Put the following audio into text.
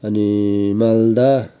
अनि मालदा